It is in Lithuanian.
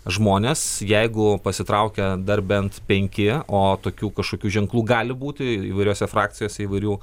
žmonės jeigu pasitraukia dar bent penki o tokių kažkokių ženklų gali būti įvairiose frakcijose įvairių